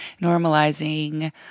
normalizing